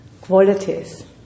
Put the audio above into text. qualities